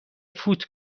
فوت